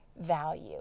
value